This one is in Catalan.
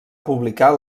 publicar